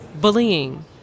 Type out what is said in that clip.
Bullying